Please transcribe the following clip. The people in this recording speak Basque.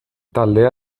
taldea